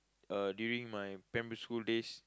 uh during my primary school days